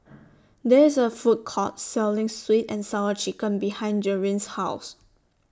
There IS A Food Court Selling Sweet and Sour Chicken behind Jerilyn's House